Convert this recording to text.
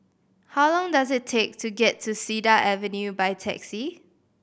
how long does it take to get to Cedar Avenue by taxi